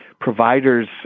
providers